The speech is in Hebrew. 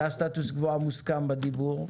זה הסטטוס קוו המוסכם בדיבור.